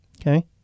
okay